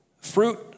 fruit